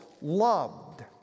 loved